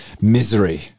misery